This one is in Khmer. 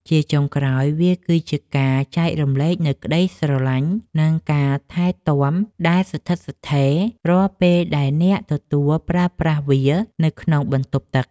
ជាចុងក្រោយ វាគឺជាការចែករំលែកនូវក្ដីស្រឡាញ់ និងការថែទាំដែលស្ថិតស្ថេររាល់ពេលដែលអ្នកទទួលប្រើប្រាស់វានៅក្នុងបន្ទប់ទឹក។